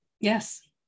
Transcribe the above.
Yes